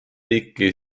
riiki